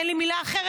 אין לי מילה אחרת.